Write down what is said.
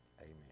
Amen